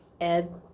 Ed